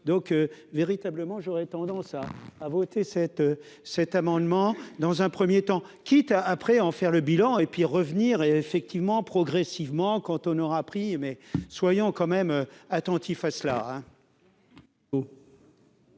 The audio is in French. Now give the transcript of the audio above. donc véritablement, j'aurais tendance à à voter cet cet amendement dans un 1er temps, quitte après à en faire le bilan et puis revenir et effectivement progressivement, quand on aura appris mais soyons quand même attentif à cela,